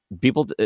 People